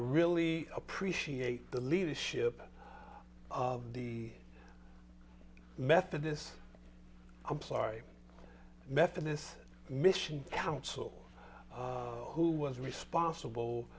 really appreciate the leadership of the methodist i'm sorry method this mission council who was responsible